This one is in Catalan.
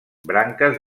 branques